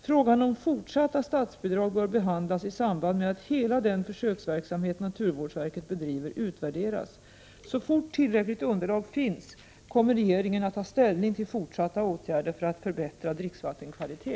Frågan om fortsatta statsbidrag bör behandlas i samband med att hela den försöksverksamhet naturvårdsverket bedriver utvärderas. Så fort tillräckligt underlag finns kommer regeringen att ta ställning till fortsatta åtgärder för att förbättra dricksvattenkvaliteten.